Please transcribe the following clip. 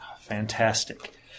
Fantastic